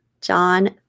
John